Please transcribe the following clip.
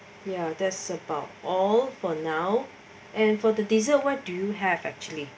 ya that's about all for now and for the desert what do you have actually